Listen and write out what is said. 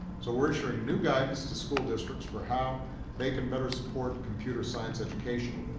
so we're issuing new guidance to school districts for how they can better support computer science education.